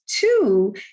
two